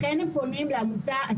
לכן הם פונים לעמותה.